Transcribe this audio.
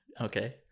okay